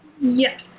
Yes